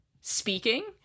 speaking